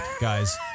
guys